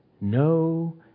no